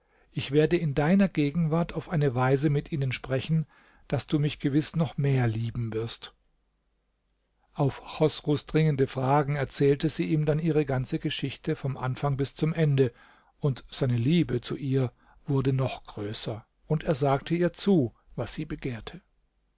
ich werde in deiner gegenwart auf eine weise mit ihnen sprechen daß du mich gewiß noch mehr lieben wirst auf chosrus dringende fragen erzählte sie ihm dann ihre ganze geschichte vom anfang bis zum ende und seine liebe zu ihr wurde noch größer und er sagte ihr zu was sie begehrte